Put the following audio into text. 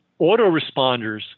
autoresponders